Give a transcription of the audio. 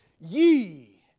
Ye